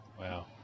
Wow